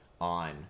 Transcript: on